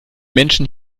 menschen